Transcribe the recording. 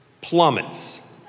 plummets